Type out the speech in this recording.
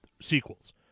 sequels